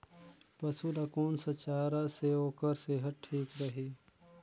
पशु ला कोन स चारा से ओकर सेहत ठीक रही?